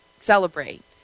celebrate